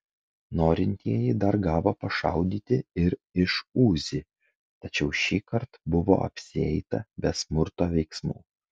norintieji dar gavo pašaudyti ir iš uzi tačiau šįkart buvo apsieita be smurto veiksmų